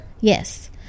Yes